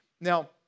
Now